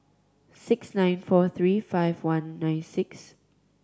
six nine four three five one nine six